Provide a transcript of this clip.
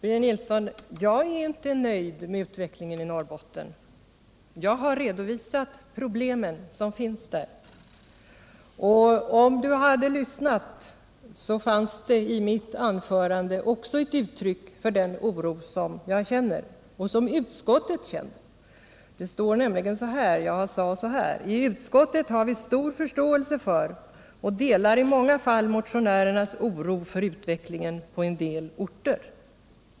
Herr talman! Jag är inte nöjd med utvecklingen i Norrbotten, Birger Nilsson. De problem som finns har jag redovisat, och om ni hade lyssnat hade ni märktatt det i mitt anförande fanns uttryck för den oro som jag känner, och som också utskottet känner. Jag sade så här: I utskottet har vi stor förståelse för och delar i många fall motionärernas oro för utvecklingen på en del orter.